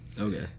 Okay